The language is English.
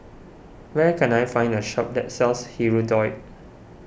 where can I find a shop that sells Hirudoid